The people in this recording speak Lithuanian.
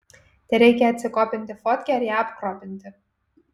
tereikia atsikopinti fotkę ir ją apkropinti